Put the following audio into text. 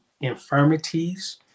infirmities